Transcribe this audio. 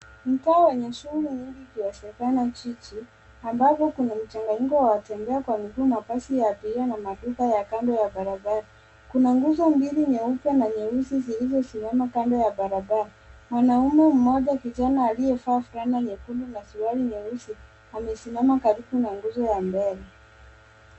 Mtaa wenye msingi nyingi ikiwezekana jiji ambapo kuna mchanganyiko wa watembea kwa miguu na basi ya abiria na maduka ya kando ya barabara kuna nguzo mbili nyeupe na nyeusi zilizosimama kando ya barabara. Mwanaume moja kijana aliyesimama aliye vaa freno nyekundu na suruali nyeusi amesimama karibu na nguo ya mbele.